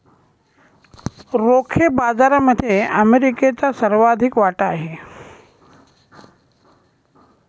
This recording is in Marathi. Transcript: रोखे बाजारामध्ये अमेरिकेचा सर्वाधिक वाटा आहे